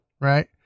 Right